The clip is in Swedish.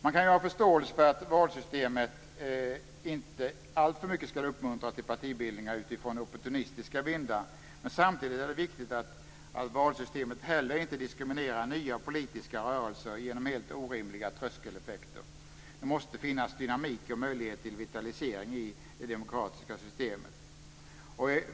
Man kan ha förståelse för att valsystemet inte alltför mycket skall uppmuntra till partibildningar utifrån opportunistiska vindar, men samtidigt är det viktigt att valsystemet heller inte diskriminerar nya politiska rörelser genom helt orimliga tröskeleffekter. Det måste finnas dynamik och möjlighet till vitalisering i det demokratiska systemet.